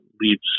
leaves